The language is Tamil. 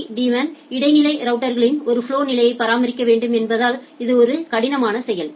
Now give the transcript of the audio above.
பி டீமான் இடைநிலை ரவுட்டர்களில் ஒரு ஃபலொ நிலையை பராமரிக்க வேண்டும் என்பதால் இது ஒரு கடினமான செயல்